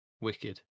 Wicked